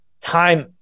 time